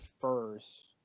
first